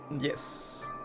Yes